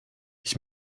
ich